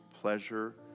pleasure